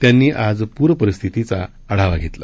त्यांनी आज पूरपरिस्थितीचा आढावा घेतला